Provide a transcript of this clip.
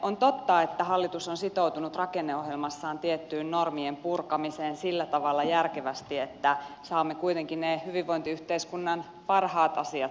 on totta että hallitus on sitoutunut rakenneohjelmassaan tiettyyn normien purkamiseen sillä tavalla järkevästi että saamme kuitenkin ne hyvinvointiyhteiskunnan parhaat asiat säilytettyä